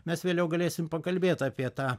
mes vėliau galėsim pakalbėt apie tą